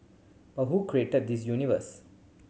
but who created this universe